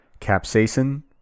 capsaicin